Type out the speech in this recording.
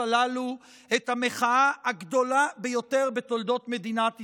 הללו את המחאה הגדולה ביותר בתולדות מדינת ישראל.